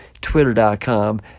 Twitter.com